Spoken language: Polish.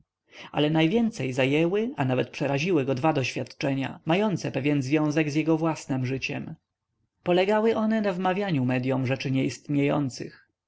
ale najwięcej zajęły a nawet przeraziły go dwa doświadczenia mające pewien związek z jego własnem życiem polegały one na wmawianiu w medymmedyum rzeczy nieistniejących